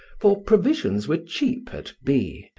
for provisions were cheap at b,